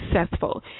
successful